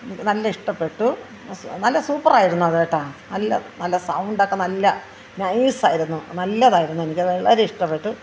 നല്ല ഇഷ്ടപെട്ടു നല്ല സൂപ്പർ ആയിരുന്നു അത് കേട്ടോ നല്ല നല്ല സൗണ്ടൊക്കെ നല്ല നൈസ് ആയിരുന്നു നല്ലതായിരുന്നു എനിക്ക് അത് വളരെ ഇഷ്ടപ്പെട്ടു